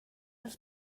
els